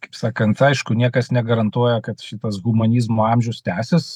kaip sakant aišku niekas negarantuoja kad šitas humanizmo amžius tęsis